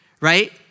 right